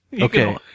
Okay